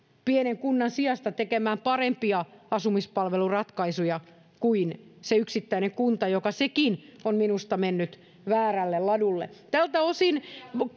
pienen kunnan sijasta tekemään parempia asumispalveluratkaisuja kuin se yksittäinen kunta joka sekin on minusta mennyt väärälle ladulle tältä osin